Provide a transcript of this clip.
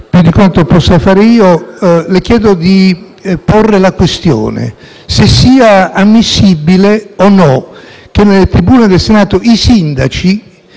meglio di me, la questione se sia ammissibile o meno che nelle tribune del Senato i sindaci